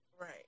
right